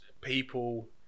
people